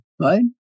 right